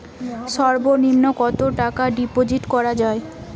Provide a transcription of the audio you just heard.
সর্ব নিম্ন কতটাকা ডিপোজিট করা য়ায়?